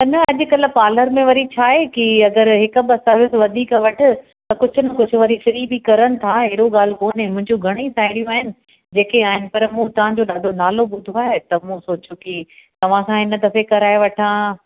न न अॼु कल्ह पार्लर में वरी छाहे कि अगरि हिक ॿ सर्विस वधीक वठ त कुझु न कुझु वरी फ़्री कनि था अहिड़ो ॻाल्हि कोन्हे मुंहिंजूं घणई साहेड़ियूं आहिनि जेके आहिनि पर मूं तव्हां जो ॾाढो नालो ॿुधो आहे त मूं सोचियो कि तव्हां खां हिन दफ़े कराए वठां